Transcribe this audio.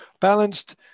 balanced